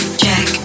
check